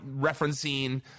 referencing